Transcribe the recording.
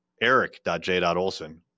eric.j.olson